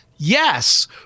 Yes